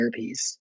therapies